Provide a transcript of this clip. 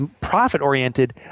profit-oriented